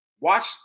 watch